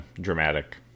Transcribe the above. dramatic